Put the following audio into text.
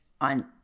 on